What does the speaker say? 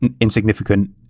insignificant